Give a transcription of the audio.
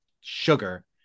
sugar